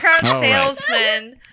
salesman